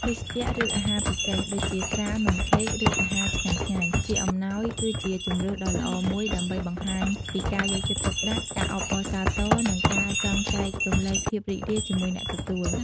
ភេសជ្ជៈ ឬអាហារពិសេស ដូចជា ស្រា នំខេក ឬអាហារឆ្ងាញ់ៗ ជាអំណោយ គឺជាជម្រើសដ៏ល្អមួយដើម្បីបង្ហាញពីការយកចិត្តទុកដាក់ ការអបអរសាទរ និងការចង់ចែករំលែកភាពរីករាយជាមួយអ្នកទទួល។